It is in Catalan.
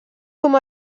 com